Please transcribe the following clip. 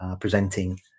presenting